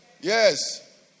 yes